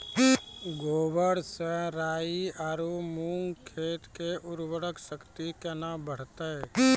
गोबर से राई आरु मूंग खेत के उर्वरा शक्ति केना बढते?